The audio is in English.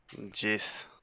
Jeez